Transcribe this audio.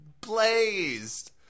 blazed